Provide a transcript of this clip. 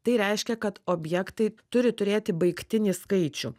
tai reiškia kad objektai turi turėti baigtinį skaičių